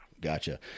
Gotcha